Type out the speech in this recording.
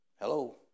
Hello